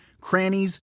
crannies